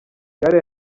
gare